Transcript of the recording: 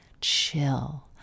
chill